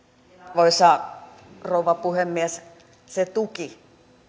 arvoisa rouva puhemies se tuki